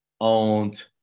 owned